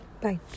Bye